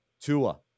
Tua